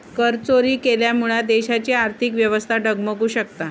करचोरी केल्यामुळा देशाची आर्थिक व्यवस्था डगमगु शकता